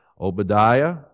Obadiah